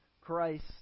Christ